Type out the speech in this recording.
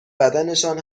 بدنشان